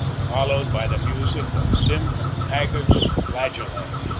followed by the music of sim mactaggart's flageolet.